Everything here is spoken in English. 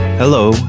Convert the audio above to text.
Hello